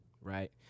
right